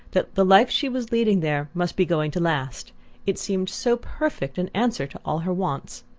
that the life she was leading there must be going to last it seemed so perfect an answer to all her wants!